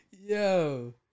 Yo